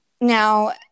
Now